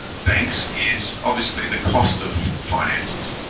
ah banks is obviously the cost of finances.